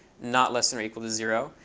not less than or equal to zero.